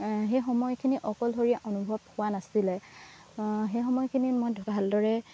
সেই সময়খিনি অকলশৰীয়া অনুভৱ হোৱা নাছিলে সেই সময়খিনিত মই ভালদৰে